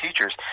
teachers